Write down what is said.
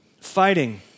Fighting